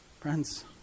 Friends